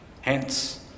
Hence